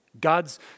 God's